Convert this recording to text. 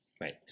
Right